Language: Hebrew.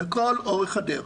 לכל אורך הדרך.